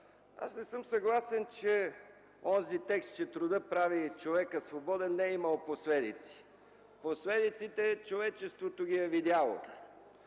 аз не съм съгласен, че онзи текст, че трудът прави човека свободен не е имал последици – тях човечеството ги е видяло.